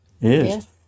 Yes